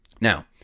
Now